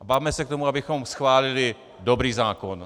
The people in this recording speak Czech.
Bavme se k tomu, abychom schválili dobrý zákon.